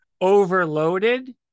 overloaded